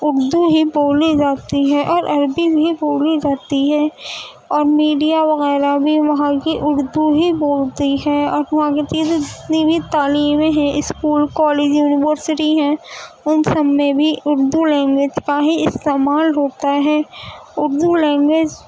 اردو ہی بولی جاتی ہے اور عربی بھی بولی جاتی ہے اور میڈیا وغیرہ بھی وہاں کی اردو ہی بولتی ہے اور وہاں کی چیزیں جتنی بھی تعلیمیں ہیں اسکول کالج یونیورسٹی ہیں ان سب میں بھی اردو لینگویج کا ہی استعمال ہوتا ہے اردو لینگویج